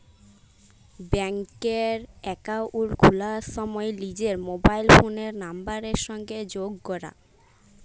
ব্যাংকে একাউল্ট খুলার সময় লিজের মবাইল ফোলের লাম্বারের সংগে যগ ক্যরা